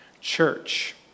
church